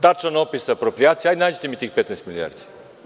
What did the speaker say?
Tačan opis aproprijacije, nađite mi tih 15 milijardi.